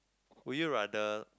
would you rather